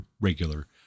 regular